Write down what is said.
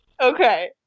Okay